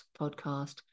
podcast